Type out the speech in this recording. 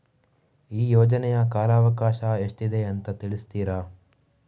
ಈ ಯೋಜನೆಯ ಕಾಲವಕಾಶ ಎಷ್ಟಿದೆ ಅಂತ ತಿಳಿಸ್ತೀರಾ?